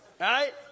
right